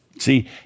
See